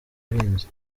buhinzi